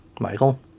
Michael